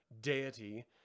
deity